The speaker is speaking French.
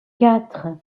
quatre